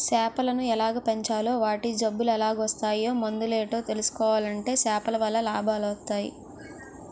సేపలను ఎలాగ పెంచాలో వాటి జబ్బులెలాగోస్తాయో మందులేటో తెలుసుకుంటే సేపలవల్ల లాభాలొస్టయి